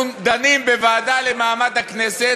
אנחנו דנים בשדולה למעמד הכנסת,